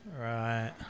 Right